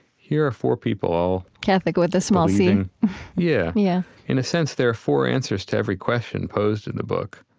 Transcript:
here are four people all, catholic with a small c yeah. yeah in a sense they're four answers to every question posed in the book.